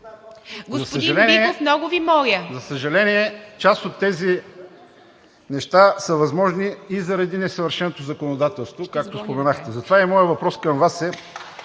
Господин Биков, много Ви моля. АТАНАС ЗАФИРОВ: За съжаление част от тези неща са възможни и заради несъвършеното законодателство, както споменахте. Затова и моят въпрос към Вас е: